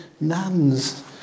nuns